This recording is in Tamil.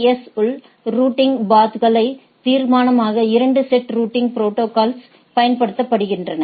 எஸ் உள் ரூட்டிங் பாத்களை தீர்மானிக்க 2 செட் ரூட்டிங் ப்ரோடோகால்ஸ் பயன்படுத்தப்படுகின்றன